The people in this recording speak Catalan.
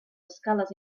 escales